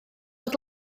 dod